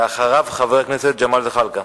אחריו, חבר הכנסת ג'מאל זחאלקה.